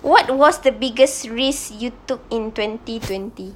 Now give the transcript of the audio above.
what was the biggest risk you took in twenty twenty